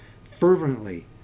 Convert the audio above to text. fervently